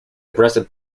aggressive